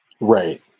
Right